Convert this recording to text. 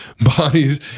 bodies